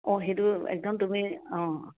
অঁ সেইটো একদম তুমি অঁ